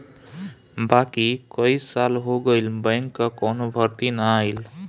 बाकी कई साल हो गईल बैंक कअ कवनो भर्ती ना आईल